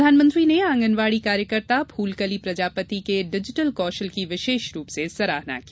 प्रधानमंत्री ने आंगनबाड़ी कार्यकर्ता फूलकली प्रजापति के डिजिटल कौशल की विशेष रूप से सराहना की